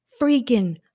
freaking